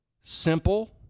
simple